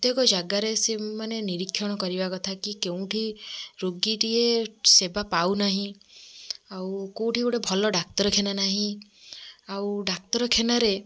ପ୍ରତ୍ୟେକ ଜାଗାରେ ସେମାନେ ନିରୀକ୍ଷଣ କରିବା କଥାକି କେଉଁଠି ରୋଗୀଟିଏ ସେବା ପାଉନାହିଁ ଆଉ କେଉଁଠି ଗୋଟେ ଭଲ ଡାକ୍ତରଖାନା ନାହିଁ ଆଉ ଡାକ୍ତରଖାନାରେ